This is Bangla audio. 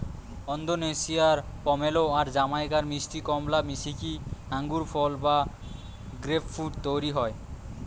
ওন্দোনেশিয়ার পমেলো আর জামাইকার মিষ্টি কমলা মিশিকি আঙ্গুরফল বা গ্রেপফ্রূট তইরি হয়